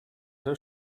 her